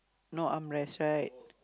no armrest right